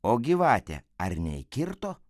o gyvatė ar neįkirto